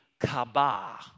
kabah